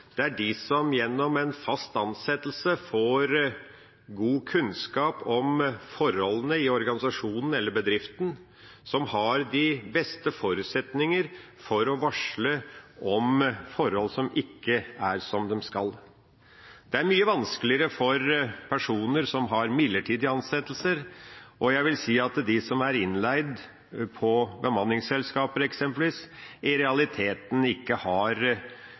det er de som gjennom en fast ansettelse får god kunnskap om forholdene i organisasjonen eller bedriften, som har de beste forutsetninger for å varsle om forhold som ikke er som de skal. Det er mye vanskeligere for personer som har midlertidig ansettelse, og jeg vil si at de som er innleid fra bemanningsselskaper, eksempelvis, i realiteten ikke har